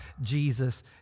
Jesus